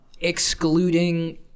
excluding